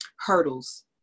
hurdles